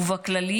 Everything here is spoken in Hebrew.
ובכללי,